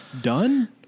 done